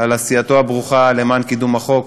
על עשייתו הברוכה למען קידום החוק,